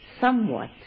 somewhat